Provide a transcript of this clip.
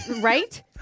Right